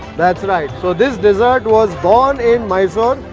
that's right, so this dessert was born in mysore.